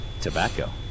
tobacco